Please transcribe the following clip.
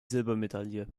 silbermedaille